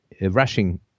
rushing